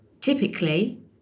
Typically